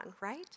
right